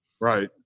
Right